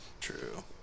True